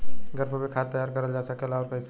घर पर भी खाद तैयार करल जा सकेला और कैसे?